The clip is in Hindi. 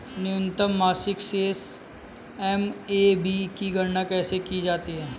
न्यूनतम मासिक शेष एम.ए.बी की गणना कैसे की जाती है?